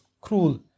cruel